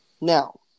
Now